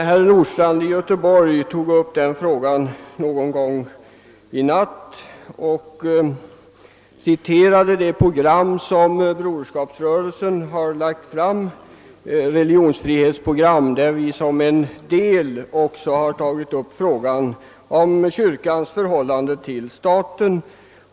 Herr Nordstrandh tog upp den frågan någon gång i natt och citerade det = religionsfrihetsprogram som Broderskapsrörelsen lagt fram och i vilket vi även tagit upp frågan om kyrkans förhållande till staten.